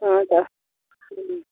हाँ ज्यादा